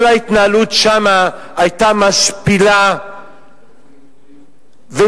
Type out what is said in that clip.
כל ההתנהלות שם היתה משפילה ומבזה,